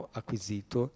acquisito